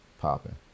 popping